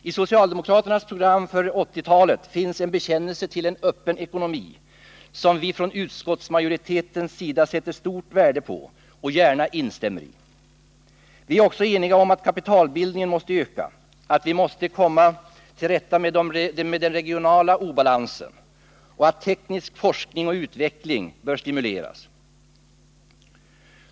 I socialdemokraternas program för 1980-talet finns en bekännelse till en öppen ekonomi som vi från utskottsmajoritetens sida sätter stort värde på och gärna instämmer i. Vi är också eniga om att kapitalbildningen måste öka, att vi måste komma till rätta med den regionala obalansen och att teknisk forskning och utveckling bör stimuleras.